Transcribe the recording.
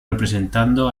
representando